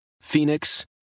Phoenix